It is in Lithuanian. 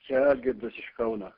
čia algirdas iš kauno